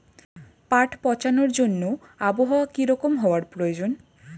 পাট পচানোর জন্য আবহাওয়া কী রকম হওয়ার প্রয়োজন?